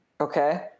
Okay